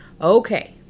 Okay